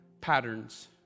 patterns